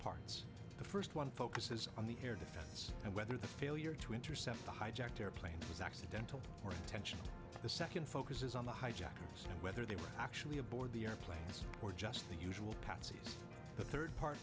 parts the first one focuses on the air defense and whether the failure to intercept the hijacked airplane was accidental or intentional the second focuses on the hijackers and whether they were actually aboard the airplanes or just the usual patsies the third part